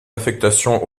affectation